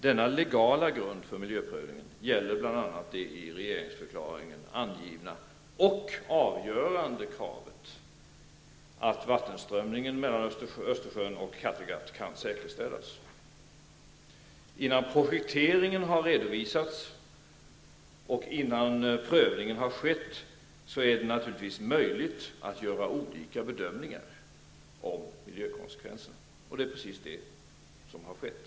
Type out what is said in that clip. Denna legala grund för miljöprövningen gäller bl.a. det i regeringsförklaringen angivna och avgörande kravet att vattenströmningen mellan Östersjön och Kattegatt kan säkerställas. Innan projekteringen har redovisats och innan prövningar har skett är det naturligtvis möjligt att göra olika bedömningar om miljökonsekvenserna. Det är precis det som har skett.